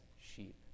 sheep